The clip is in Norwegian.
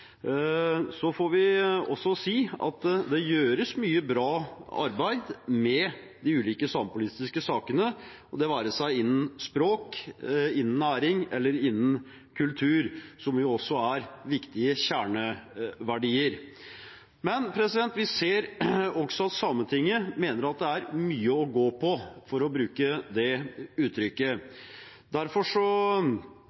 Så får vi også si at det gjøres mye bra arbeid med de ulike samepolitiske sakene, det være seg innen språk, innen næring eller innen kultur – som også er viktige kjerneverdier. Vi ser også at Sametinget mener at det er mye å gå på – for å bruke det uttrykket.